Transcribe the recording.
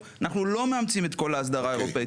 אנחנו יודעים שזה לא פשוט.